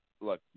look